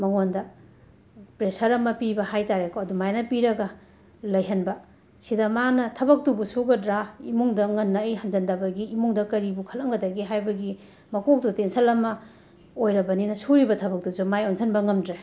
ꯃꯉꯣꯟꯗ ꯄ꯭ꯔꯦꯁꯔ ꯑꯃ ꯄꯤꯕ ꯍꯥꯏ ꯇꯥꯔꯦꯀꯣ ꯑꯗꯨꯃꯥꯏꯅ ꯄꯤꯔꯒ ꯂꯩꯍꯟꯕ ꯁꯤꯗ ꯃꯥꯅ ꯊꯕꯛꯇꯨꯕꯨ ꯁꯨꯒꯗꯔꯥ ꯏꯃꯨꯡꯗ ꯉꯟꯅ ꯑꯩ ꯍꯟꯖꯤꯟꯗꯕꯒꯤ ꯏꯃꯨꯡꯗ ꯀꯔꯤꯕꯨ ꯈꯜꯂꯝꯒꯗꯒꯦ ꯍꯥꯏꯕꯒꯤ ꯃꯀꯣꯛꯇꯨ ꯇꯦꯟꯁꯜ ꯑꯃ ꯑꯣꯏꯔꯕꯅꯤꯅ ꯁꯨꯔꯤꯕ ꯊꯕꯛꯇꯨꯁꯨ ꯃꯥꯏ ꯑꯣꯟꯁꯤꯟꯕ ꯉꯝꯗ꯭ꯔꯦ